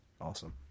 Awesome